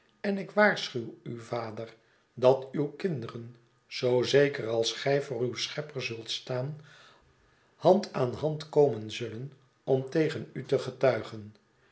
en ik waarschuw u vader dat uw kinderen zoo zeker als gij voor uw schepper zult staan hand aan hand komen zullen om tegen u te getuigen